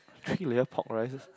three layered pork rice